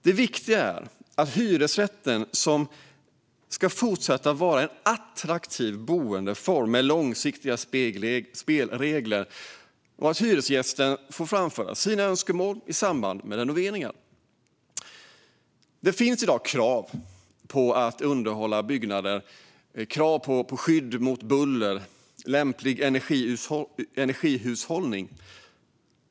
Det viktiga är att hyresrätten ska fortsätta att vara en attraktiv boendeform med långsiktiga spelregler och att hyresgästen får framföra sina önskemål i samband med renoveringarna. Det finns i dag krav på att underhålla byggnader, krav på skydd mot buller och krav på lämplig energihushållning.